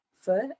foot